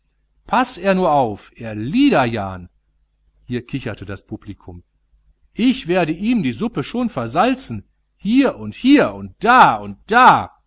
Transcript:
paß er nur auf er liederjan hier kicherte das publikum ich werde ihm die suppe schon versalzen hier und hier und da und da